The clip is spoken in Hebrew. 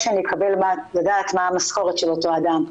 שאני יודעת מה המשכורת של אותו אדם.